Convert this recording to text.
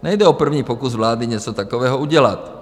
Nejde o první pokus vlády něco takového udělat.